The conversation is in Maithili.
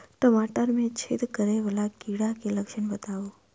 टमाटर मे छेद करै वला कीड़ा केँ लक्षण बताउ?